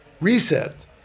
reset